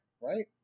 right